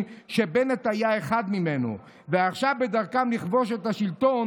שבנט היה אחד ממנו ועכשיו בדרכם לכבוש את השלטון